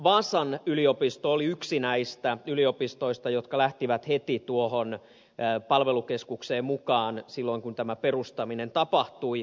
vaasan yliopisto oli yksi näistä yliopistoista jotka lähtivät heti tuohon palvelukeskukseen mukaan silloin kun tämä perustaminen tapahtui